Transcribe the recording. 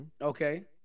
Okay